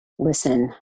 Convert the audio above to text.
Listen